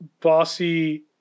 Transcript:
Bossy